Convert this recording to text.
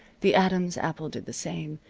the adam's apple did the same.